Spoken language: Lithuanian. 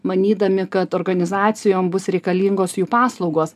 manydami kad organizacijom bus reikalingos jų paslaugos